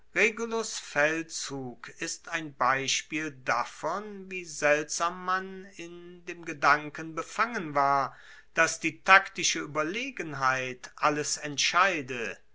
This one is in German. feldzug ist ein beispiel davon wie seltsam man in dem gedanken befangen war dass die taktische ueberlegenheit alles entscheide